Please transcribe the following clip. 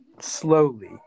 slowly